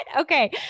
Okay